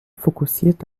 fokussiert